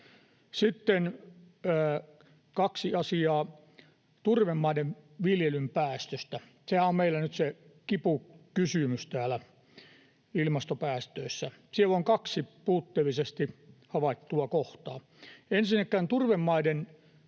Sitten kaksi asiaa turvemaiden viljelyn päästöistä. Sehän on meillä nyt se kipukysymys täällä ilmastopäästöissä. Siellä on kaksi puutteellisesti havaittua kohtaa: Ensinnäkään viljelymaiden